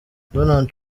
donald